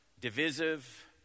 divisive